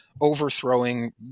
overthrowing